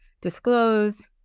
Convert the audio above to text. disclose